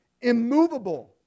immovable